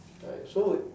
right so it